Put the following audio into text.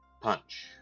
Punch